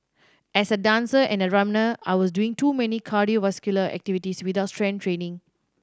as a dancer and a runner I was doing too many cardiovascular activities without strength training